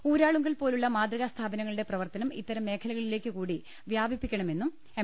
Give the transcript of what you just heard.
ഊരാളുങ്കൽ പോലുള്ള മാതൃകാ സ്ഥാപനങ്ങളുടെ പ്രവർത്തനം ഇത്തരം മേഖലകളിലേക്കുകൂടി വ്യാപിപ്പിക്കണമെന്ന് എം